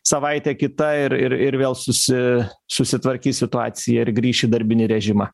savaitė kita ir ir ir vėl susi susitvarkys situacija ir grįš į darbinį režimą